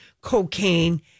cocaine